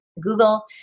Google